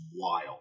wild